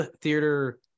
theater